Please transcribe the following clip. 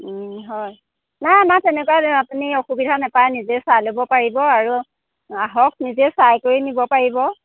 হয় নাই আমাৰ তেনেকুৱা আপুনি অসুবিধা নেপায় আপুনি নিজে চাই ল'ব পাৰিব আৰু আহক নিজে চাই কৰি নিব পাৰিব